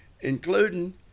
including